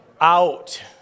out